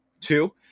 Two